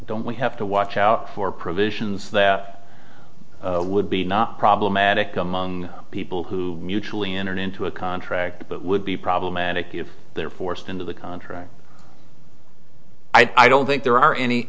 don't we have to watch out for provisions that would be not problematic among people who mutually enter into a contract but would be problematic if they're forced into the contract i don't think there are any